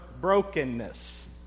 brokenness